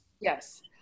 Yes